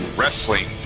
Wrestling